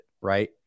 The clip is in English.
right